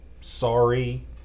sorry